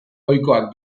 ohikoak